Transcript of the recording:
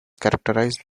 characterized